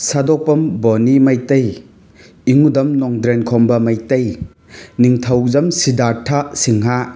ꯁꯥꯗꯣꯛꯄꯝ ꯕꯣꯅꯤ ꯃꯩꯇꯩ ꯏꯉꯨꯗꯝ ꯅꯣꯡꯗ꯭ꯔꯦꯟꯈꯣꯝꯕ ꯃꯩꯇꯩ ꯅꯤꯡꯊꯧꯖꯝ ꯁꯤꯗꯥꯔꯊꯥ ꯁꯤꯡꯍ